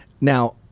Now